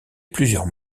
plusieurs